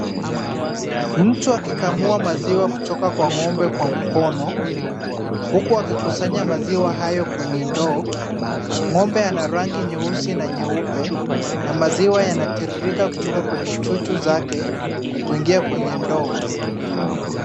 Mtu akikamua maziwa kutoka kwa ng'ombe kwa mkono, huku akikusanya maziwa hayo kwenye ndoo. Ng'ombe ana rangi nyeusi na nyeupe na maziwa yanatiririka kutoka kwenye chuchu zake, kuingia kwenye ndoo.